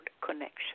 connection